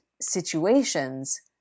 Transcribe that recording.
situations